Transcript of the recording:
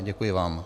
Děkuji vám.